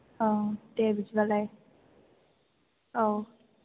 औ दे बिदिब्लालाय औ